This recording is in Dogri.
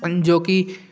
जो कि